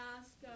ask